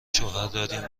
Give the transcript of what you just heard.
شوهرداریم